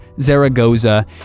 zaragoza